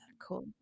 Cool